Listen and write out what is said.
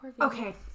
Okay